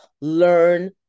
learn